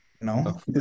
no